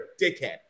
dickhead